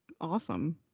awesome